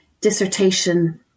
dissertation